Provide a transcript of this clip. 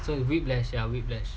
so whiplash ya whiplash